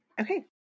Okay